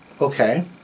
Okay